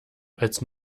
als